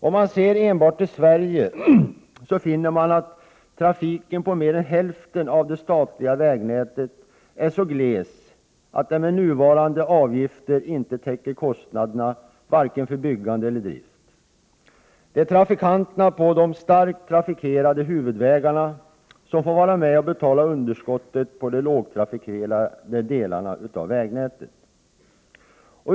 Om man ser enbart till Sverige finner man att trafiken på mer än hälften av det statliga vägnätet är så gles att den med nuvarande avgifter inte täcker kostnaderna för byggande och drift. Det är trafikanterna på de starkt trafikerade huvudvägarna som får vara med och betala underskottet på de lågtrafikerade delarna av vägnätet.